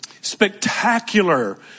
spectacular